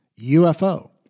UFO